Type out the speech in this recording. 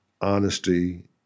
honesty